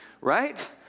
right